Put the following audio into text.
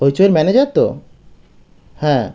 হইচইয়ের manager তো হ্যাঁ